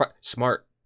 Smart